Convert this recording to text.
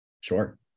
Sure